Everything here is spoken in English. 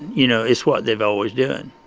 you know, it's what they've always done.